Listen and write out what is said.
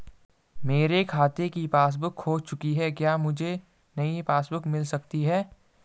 मेरे खाते की पासबुक बुक खो चुकी है क्या मुझे नयी पासबुक बुक मिल सकती है?